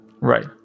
Right